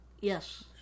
Yes